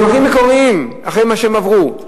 מסמכים מקוריים, אחרי מה שהם עברו.